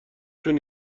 شون